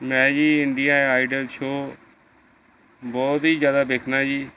ਮੈਂ ਜੀ Indian Idol show ਬਹੁਤ ਹੀ ਜ਼ਿਆਦਾ ਵੇਖਦਾ ਜੀ